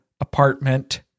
apartment